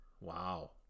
Wow